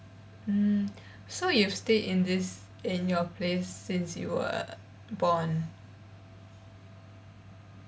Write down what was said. mm so you stay in this in your place since you were born